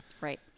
Right